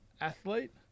athlete